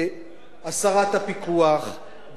הפיקוח גרמה נזק קשה.